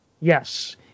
Yes